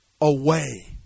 away